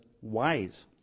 wise